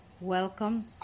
welcome